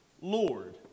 Lord